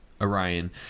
Orion